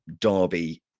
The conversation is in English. Derby